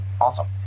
Awesome